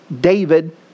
David